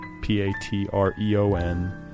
P-A-T-R-E-O-N